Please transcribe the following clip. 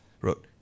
wrote